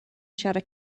siarad